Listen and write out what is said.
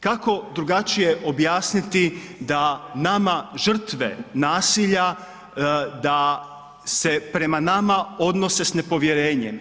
Kako drugačije objasniti da nama žrtve nasilja da se prema nama odnose s nepovjerenjem?